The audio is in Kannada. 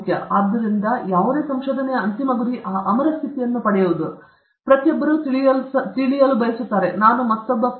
ಆದ್ದರಿಂದ ಯಾವುದೇ ಸಂಶೋಧನೆಯ ಅಂತಿಮ ಗುರಿ ಆ ಅಮರ ಸ್ಥಿತಿಯನ್ನು ಪಡೆಯುವುದು ಪ್ರತಿಯೊಬ್ಬರೂ ತಿಳಿಯಲು ಬಯಸುತ್ತಾರೆ ನಾನು ಮತ್ತೊಂದು ಪ್ರಾಂಟ್ಲ್ ಆಗುತ್ತಾನಾ